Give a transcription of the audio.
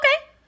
okay